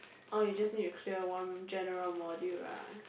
oh you just need to clear one general module right